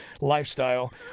lifestyle